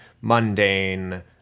mundane